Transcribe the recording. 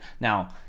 Now